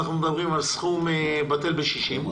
אנחנו מדברים על סכום בטל בשישים.